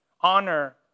honor